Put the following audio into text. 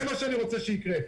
זה מה שאני רוצה שיקרה.